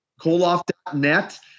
Koloff.net